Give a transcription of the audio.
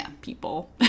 people